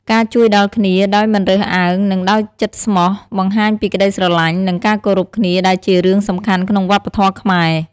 ការជួយដល់គ្នាដោយមិនរើសអើង និងដោយចិត្តស្មោះបង្ហាញពីក្តីស្រឡាញ់ និងការគោរពគ្នាដែលជារឿងសំខាន់ក្នុងវប្បធម៌ខ្មែរ។